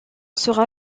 sera